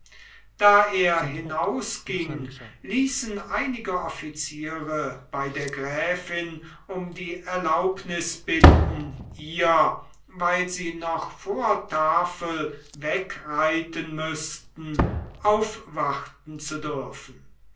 da er hinausging ließen einige offiziere bei der gräfin um die erlaubnis bitten ihr weil sie noch vor tafel wegreiten müßten aufwarten zu dürfen